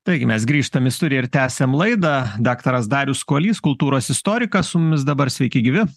taigi mes grįžtam į studiją ir tęsiam laidą daktaras darius kuolys kultūros istorikas su mumis dabar sveiki gyvi